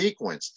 sequenced